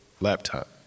laptop